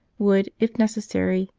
would if necessary,